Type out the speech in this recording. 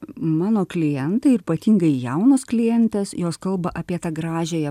mano klientai ir ypatingai jaunos klientės jos kalba apie tą gražiąją